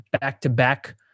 back-to-back